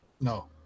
no